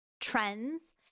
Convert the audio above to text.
trends